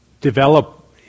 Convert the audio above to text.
develop